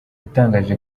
yatangaje